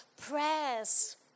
prayers